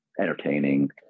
entertaining